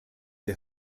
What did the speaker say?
der